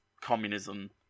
communism